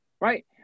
right